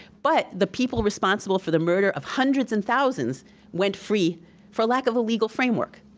but the people responsible for the murder of hundreds and thousands went free for lack of a legal framework,